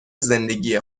زندگی